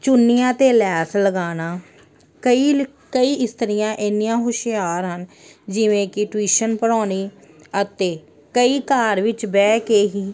ਚੁੰਨੀਆਂ 'ਤੇ ਲੈਸ ਲਗਾਉਣਾ ਕਈ ਕਈ ਇਸਤਰੀਆਂ ਐਨੀਆਂ ਹੁਸ਼ਿਆਰ ਹਨ ਜਿਵੇਂ ਕਿ ਟਿਊਸ਼ਨ ਪੜ੍ਹਾਉਣੀ ਅਤੇ ਕਈ ਘਰ ਵਿੱਚ ਬਹਿ ਕੇ ਹੀ